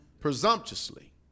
Presumptuously